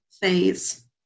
phase